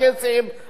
ואמרנו את זה,